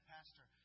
Pastor